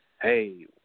hey